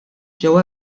ġew